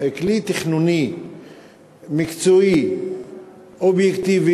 אם כלי תכנוני מקצועי אובייקטיבי,